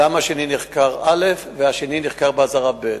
למה האחד נחקר א' והשני נחקר באזהרה ב'.